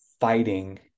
fighting